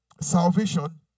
salvation